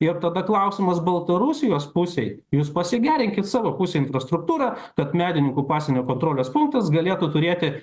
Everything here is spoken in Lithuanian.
ir tada klausimas baltarusijos pusei jūs pasigerinkit savo pusėj infrastruktūrą kad medininkų pasienio kontrolės punktas galėtų turėti